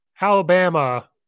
Alabama